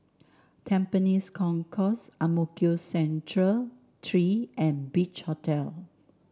Tampines Concourse Ang Mo Kio Central Three and Beach Hotel